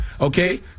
Okay